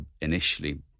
initially